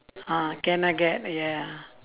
ah cannot get ya